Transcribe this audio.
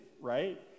right